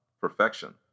perfection